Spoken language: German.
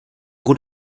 rund